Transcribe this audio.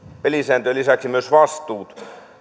pelisääntöjen lisäksi myös vastuut